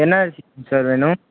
என்ன அரிசிங்க சார் வேணும்